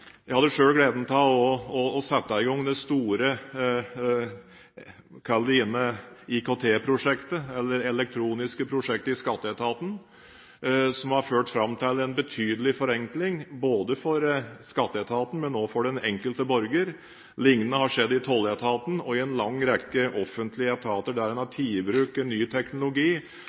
Jeg hadde selv gleden av å sette i gang det store – kall det gjerne – IKT-prosjektet, det elektroniske prosjektet i skatteetaten, som har ført fram til en betydelig forenkling, både for skatteetaten og for den enkelte borger. Lignende har skjedd i tolletaten og i en lang rekke offentlige etater der en har tatt i bruk ny teknologi,